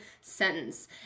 sentence